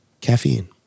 Caffeine